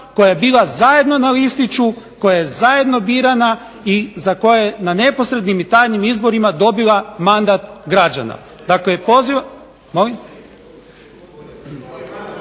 koja je bila zajedno na listiću, koja je zajedno birana i za koju je na neposrednim i tajnim izborima dobila mandat građana. Dakle pozivam.